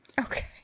Okay